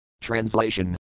Translation